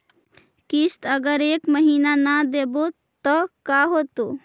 किस्त अगर एक महीना न देबै त का होतै?